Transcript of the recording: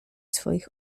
swoich